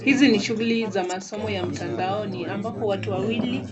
Hizi ni shughuli za masomo ya mtandaoni, ambapo watu wawili